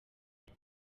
biri